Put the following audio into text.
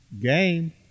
Game